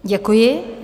Děkuji.